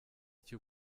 iki